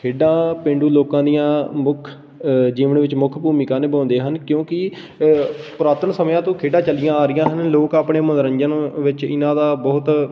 ਖੇਡਾਂ ਪੇਂਡੂ ਲੋਕਾਂ ਦੀਆਂ ਮੁੱਖ ਜੀਵਨ ਵਿੱਚ ਮੁੱਖ ਭੂਮਿਕਾ ਨਿਭਾਉਂਦੇ ਹਨ ਕਿਉਂਕਿ ਪੁਰਾਤਨ ਸਮਿਆਂ ਤੋਂ ਖੇਡਾਂ ਚਲੀਆਂ ਆ ਰਹੀਆਂ ਹਨ ਲੋਕ ਆਪਣੇ ਮਨੋਰੰਜਨ ਵਿੱਚ ਇਹਨਾਂ ਦਾ ਬਹੁਤ